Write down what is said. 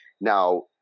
Now